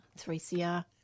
3CR